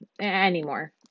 Anymore